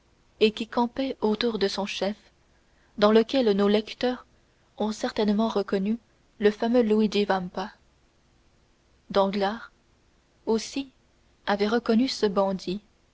et qui campait autour de son chef dans lequel nos lecteurs ont certainement reconnu le fameux luigi vampa danglars aussi avait reconnu ce bandit